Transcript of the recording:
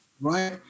right